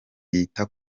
yita